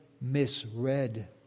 misread